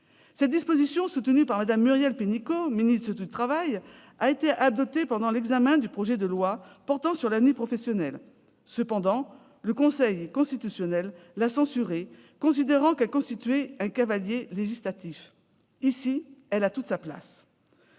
Cette disposition, soutenue par Mme Muriel Pénicaud, ministre du travail, a été adoptée lors de l'examen du projet de loi pour la liberté de choisir son avenir professionnel, mais le Conseil constitutionnel l'a censurée, considérant qu'elle constituait un cavalier législatif. Ici, elle a toute sa place.